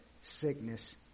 sickness